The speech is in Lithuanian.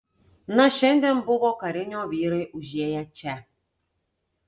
na šiandien buvo karinio vyrai užėję čia